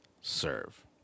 serve